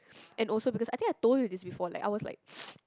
and also because I think I told you this before like I was like